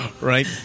right